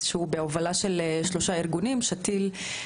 שהוא בהובלה של שלושה ארגונים: שתי"ל,